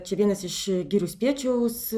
čia vienas iš girių spiečiaus